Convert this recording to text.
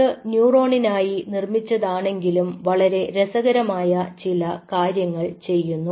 ഇത് ന്യൂറോണിനായി നിർമ്മിച്ചതാണെങ്കിലും വളരെ രസകരമായ ചില കാര്യങ്ങൾ ചെയ്യുന്നു